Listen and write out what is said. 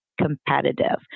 competitive